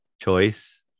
choice